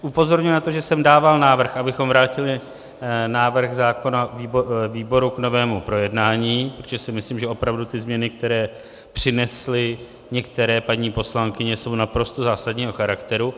Upozorňuji na to, že jsem dával návrh, abychom vrátili návrh zákona výboru k novému projednání, protože si myslím, že opravdu ty změny, které přinesly některé paní poslankyně, jsou naprosto zásadního charakteru.